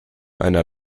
einer